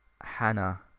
hannah